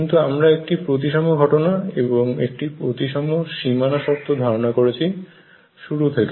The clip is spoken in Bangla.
কিন্তু আমরা একটি প্রতিসম ঘটনা এবং একটি প্রতিসম সীমানা শর্ত ধারণা করেছি শুরু থেকে